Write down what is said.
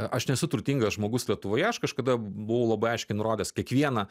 aš nesu turtingas žmogus lietuvoje aš kažkada buvau labai aiškiai nurodęs kiekvieną